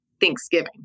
Thanksgiving